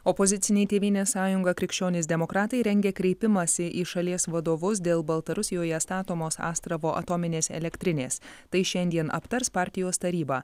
opoziciniai tėvynės sąjunga krikščionys demokratai rengia kreipimąsi į šalies vadovus dėl baltarusijoje statomos astravo atominės elektrinės tai šiandien aptars partijos taryba